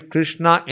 Krishna